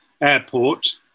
airport